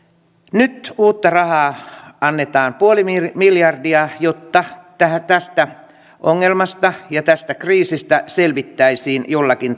nyt uutta rahaa annetaan nolla pilkku viisi miljardia jotta tästä ongelmasta ja tästä kriisistä selvittäisiin jollakin